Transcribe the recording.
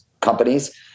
companies